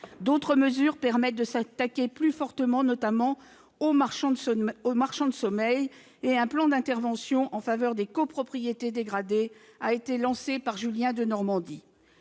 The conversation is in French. D'autres mesures permettent de s'attaquer plus fortement, notamment, aux marchands de sommeil, et un plan d'intervention en faveur des copropriétés dégradées a été lancé par Julien Denormandie.